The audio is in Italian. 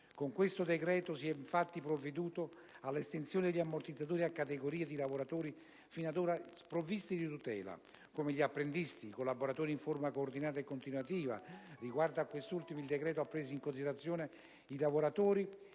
in particolare quelle relative all'estensione degli ammortizzatori a categorie di lavoratori fino ad ora sprovviste di tutela, come gli apprendisti e i collaboratori in forma coordinata e continuativa (riguardo a questi ultimi il decreto ha preso in considerazione i lavoratori